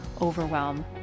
overwhelm